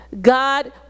God